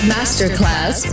Masterclass